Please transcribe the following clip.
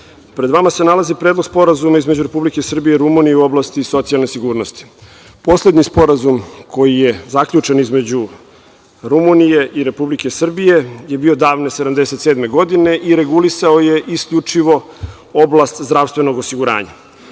pred vama se nalazi Predlog sporazuma između Republike Srbije i Rumunije u oblasti socijalne sigurnosti. Poslednji sporazum koji je zaključen između Rumunije i Republike Srbije je bio davne 1977. godine i regulisao je isključivo oblast zdravstvenog osiguranja.